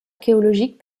archéologiques